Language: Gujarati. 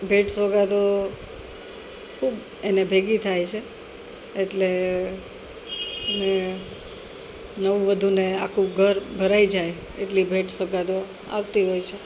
ભેટ સોગાદો ખૂબ એને ભેગી થાય છે એટલે નવવધુને આખું ઘર ભરાય જાય એટલી ભેટ સોગાદો આવતી હોય છે